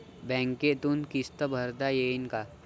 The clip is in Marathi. बँकेतून किस्त भरता येईन का?